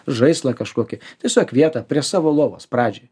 žaislą kažkokį tiesiog vietą prie savo lovos pradžiai